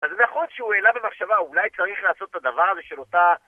אז זה נכון שהוא העלה במחשבה, הוא אולי צריך לעשות את הדבר הזה של אותה...